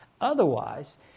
Otherwise